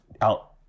out